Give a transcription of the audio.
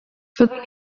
fyddwn